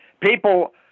people